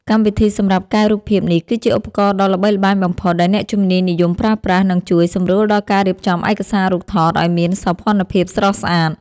កម្មវិធីសម្រាប់កែរូបភាពនេះគឺជាឧបករណ៍ដ៏ល្បីល្បាញបំផុតដែលអ្នកជំនាញនិយមប្រើប្រាស់ និង ជួយសម្រួលដល់ការរៀបចំឯកសាររូបថតឱ្យមានសោភ័ណភាពស្រស់ស្អាត។